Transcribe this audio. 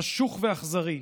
חשוך ואכזרי,